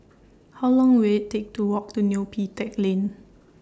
How Long Will IT Take to Walk to Neo Pee Teck Lane